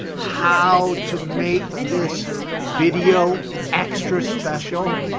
how to make this video extra special.